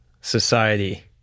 society